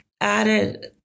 added